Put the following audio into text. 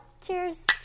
Cheers